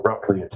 roughly